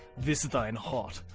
this thyne hot.